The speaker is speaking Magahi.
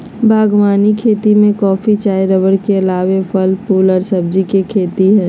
बागवानी खेती में कॉफी, चाय रबड़ के अलावे फल, फूल आर सब्जी के खेती हई